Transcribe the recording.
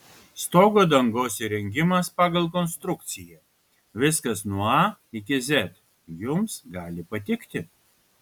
stogo dangos įrengimas pagal konstrukciją viskas nuo a iki z jums gali patikti